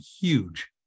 huge